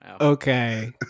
Okay